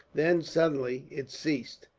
then suddenly, it ceased.